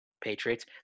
Patriots